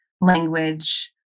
language